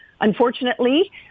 unfortunately